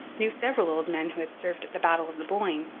knew several old men who had served at the battle of the boyne,